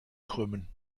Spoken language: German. krümmen